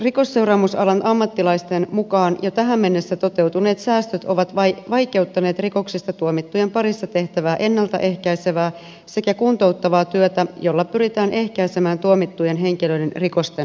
rikosseuraamusalan ammattilaisten mukaan jo tähän mennessä toteutuneet säästöt ovat vaikeuttaneet rikoksista tuomittujen parissa tehtävää ennalta ehkäisevää sekä kuntouttavaa työtä jolla pyritään ehkäisemään tuomittujen henkilöiden rikosten uusinta